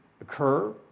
occur